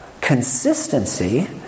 Consistency